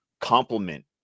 complement